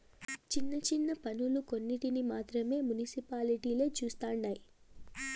చిన్న చిన్న పన్నులు కొన్నింటిని మాత్రం మునిసిపాలిటీలే చుస్తండాయి